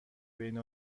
بین